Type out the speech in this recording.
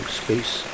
space